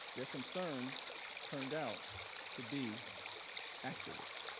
their concern turned out to be accurate.